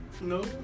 No